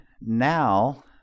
now